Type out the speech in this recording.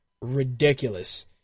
ridiculous